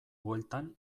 bueltan